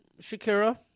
Shakira